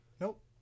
Nope